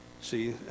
see